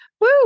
Woo